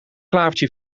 klavertje